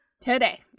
Today